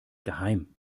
geheim